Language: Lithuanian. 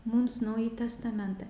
mums naująjį testamentą